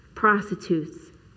prostitutes